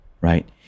Right